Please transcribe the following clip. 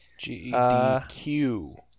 GDQ